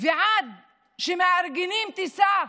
עד שמארגנים טיסה,